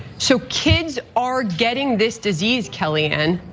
so kids are getting this disease, kellyanne.